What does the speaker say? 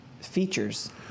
features